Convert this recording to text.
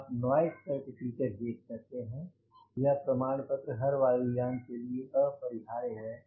आप noise certificate देख सकते हैं यह प्रमाण पत्र हर वायु यान के लिए अपरिहार्य है